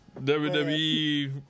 WWE